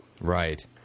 Right